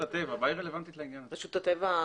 זה בתקנות.